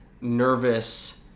nervous